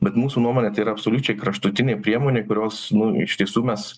bet mūsų nuomone tai yra absoliučiai kraštutinė priemonė kurios nu iš tiesų mes